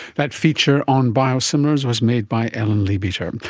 that feature on biosimilars was made by ellen leabeater.